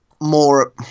more